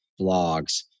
blogs